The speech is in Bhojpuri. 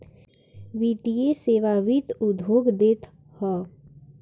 वित्तीय सेवा वित्त उद्योग देत हअ